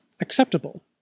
acceptable